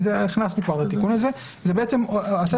הכנסנו כבר את התיקון הזה ובעצם הסט